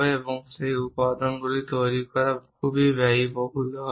এবং সেই উপাদানটি তৈরি করা খুব ব্যয়বহুল হবে